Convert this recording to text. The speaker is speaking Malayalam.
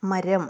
മരം